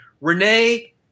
Renee